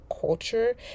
culture